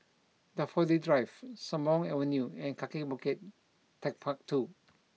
Daffodil Drive Sembawang Avenue and Kaki Bukit Techpark two